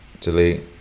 Delete